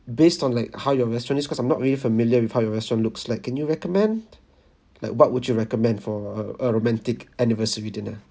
based on like how your restaurant is cause I'm not really familiar with how your restaurant looks like can you recommend like what would you recommend for a a romantic anniversary dinner